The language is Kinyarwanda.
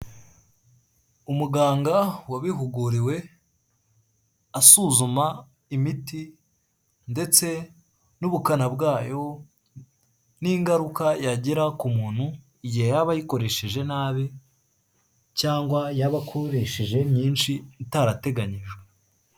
Umuganga wabihuguriwe, asuzuma imiti, ndetse n'ubukana bwayo, n'ingaruka yagira ku muntu, igihe yaba ayikoresheje nabi, cyangwa yabakoresheje myinshi itarateganyijwe.